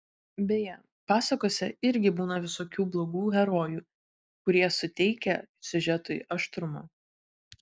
beje pasakose irgi būna visokių blogų herojų kurie suteikia siužetui aštrumo